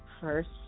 first